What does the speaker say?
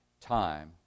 time